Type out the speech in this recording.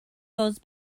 goes